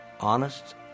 honest